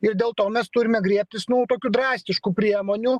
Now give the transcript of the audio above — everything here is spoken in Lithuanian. ir dėl to mes turime griebtis nu tokių drastiškų priemonių